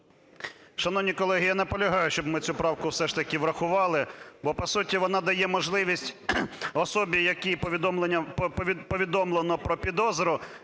Шановні колеги я наполягаю, щоб ми цю правку все ж таки врахували. Бо, по суті, вона дає можливість особі, якій повідомлено про підозру,